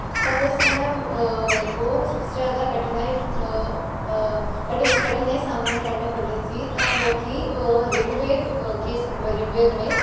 तब उस समय मेरे को सब से ज़्यादा कठिनाई कठीन कठिनाई सामना करना पड़ रही थी तब वो थी रिग्वेद के रिग्वेद में